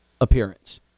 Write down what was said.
appearance